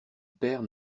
père